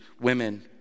women